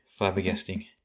flabbergasting